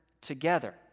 together